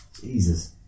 Jesus